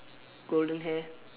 golden hair